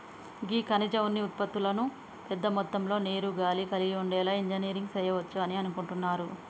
గీ ఖనిజ ఉన్ని ఉత్పతులను పెద్ద మొత్తంలో నీరు, గాలి కలిగి ఉండేలా ఇంజనీరింగ్ సెయవచ్చు అని అనుకుంటున్నారు